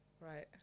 Right